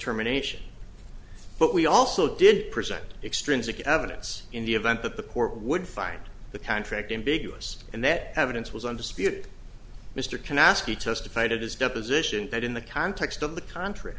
terminations but we also did present extrinsic evidence in the event that the court would find the contract ambiguous and that evidence was undisputed mr can ask he testified at his deposition that in the context of the contr